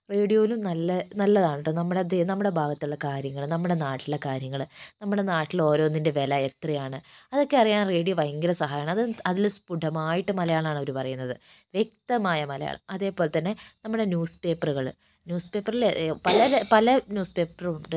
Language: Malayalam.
റേഡിയോയിലും നല്ല നല്ലതാണ് കെട്ടോ നമ്മുടെ ദേ നമ്മുടെ ഭാഗത്തുള്ള കാര്യങ്ങള് നമ്മുടെ നാട്ടിലെ കാര്യങ്ങള് നമ്മുടെ നാട്ടിലെ ഓരോന്നിന്റെ വില എത്രയാണ് അതൊക്കെ അറിയാൻ റേഡിയോ ഭയങ്കര സഹായമാണ് അതിലെ സ്ഫുടമായിട്ട് മലയാളമാണ് അവര് പറയുന്നത് വ്യക്തമായ മലയാളം അതേപോലെതന്നെ നമ്മുടെ ന്യൂസ് പേപ്പറുകള് ന്യൂസ് പേപ്പറുകളില് പല ന്യൂസ് പേപ്പറും ഉണ്ട്